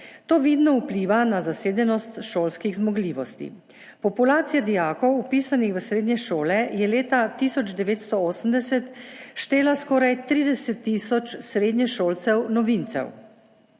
To vidno vpliva na zasedenost šolskih zmogljivosti. Populacija dijakov, vpisanih v srednje šole, je leta 1980 štela skoraj 30 tisoč srednješolcev novincev.